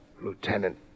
Lieutenant